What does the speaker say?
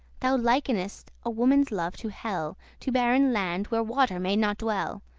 thou likenest a woman's love to hell to barren land where water may not dwell.